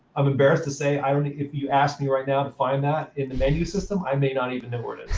i'm embarrassed to say, if you ask me right now to find that in the menu system, i may not even know where it it